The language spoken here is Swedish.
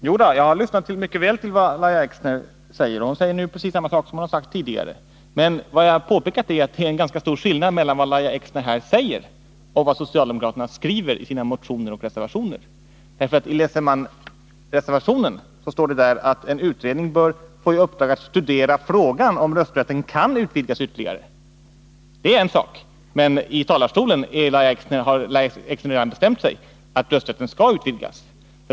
Herr talman! Jo då, jag har lyssnat till vad Lahja Exner sade. Hon säger precis samma sak nu som hon sade tidigare. Men vad jag påpekar är att det är ganska stor skillnad mellan vad Lahja Exner här säger och vad socialdemokraterna skriver i sina motioner och reservationer. Läser man reservationen, finner man att det där står att en utredning bör få ”i uppdrag att studera frågan, om rösträtten kan utvidgas ytterligare”, men i talarstolen har Lahja Exner redan bestämt sig för att rösträtten skall utvidgas.